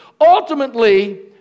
ultimately